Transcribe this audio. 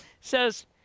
says